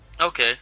okay